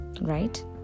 Right